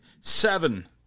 Seven